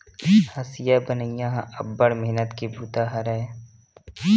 हँसिया बनई ह अब्बड़ मेहनत के बूता हरय